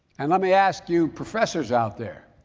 and let me ask you professors out there.